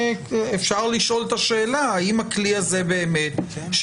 אפשר לשאול את השאלה האם הכלי הזה של הקנסות,